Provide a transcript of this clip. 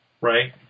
right